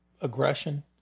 aggression